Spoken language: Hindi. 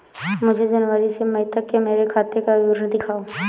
मुझे जनवरी से मई तक मेरे खाते का विवरण दिखाओ?